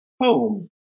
home